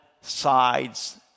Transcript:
sides